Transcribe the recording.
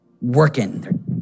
working